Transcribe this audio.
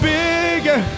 bigger